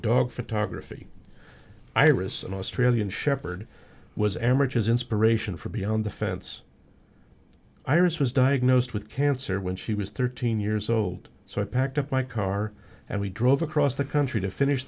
dog photography iris an australian shepherd was emirate as inspiration for beyond the fence iris was diagnosed with cancer when she was thirteen years old so i packed up my car and we drove across the country to finish